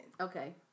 Okay